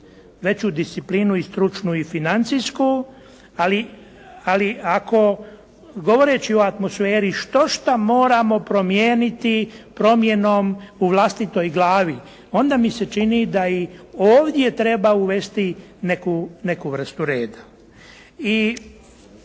veću disciplinu i stručnu i financijsku ali ako govoreći o atmosferi štošta moramo promijeniti promjenom u vlastitoj glavi. Onda mi se čini da i ovdje treba uvesti neku vrstu reda.